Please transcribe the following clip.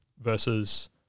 versus